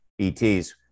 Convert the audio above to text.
ETs